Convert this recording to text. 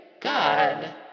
God